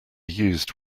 used